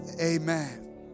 Amen